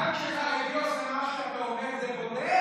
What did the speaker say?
גם כשחרדי עושה משהו אתה אומר: זה בודד,